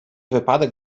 wypadek